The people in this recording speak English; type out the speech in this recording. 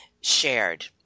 shared